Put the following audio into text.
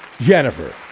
Jennifer